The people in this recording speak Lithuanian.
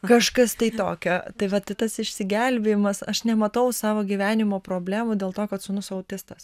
kažkas tai tokio tai va ti tas išsigelbėjimas aš nematau savo gyvenimo problemų dėl to kad sūnus autistas